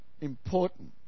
important